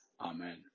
Amen